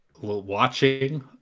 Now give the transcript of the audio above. watching